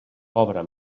pobra